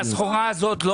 שהסחורה הזאת לא הייתה עם מס?